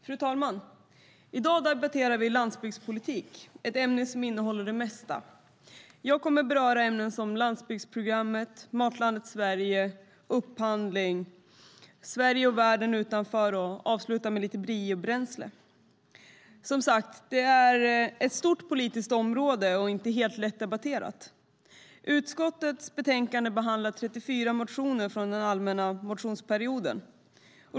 Fru talman! I dag debatterar vi landsbygdspolitik - ett ämne som innehåller det mesta. Jag kommer att beröra ämnen som landsbygdsprogrammet, Matlandet Sverige, upphandling och Sverige och världen utanför. Jag ska avsluta med att tala om biobränsle. Som sagt: Det är ett stort politikområde och inte helt lättdebatterat. I utskottets betänkande behandlas 34 motioner från den allmänna motionstiden.